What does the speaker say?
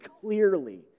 clearly